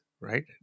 right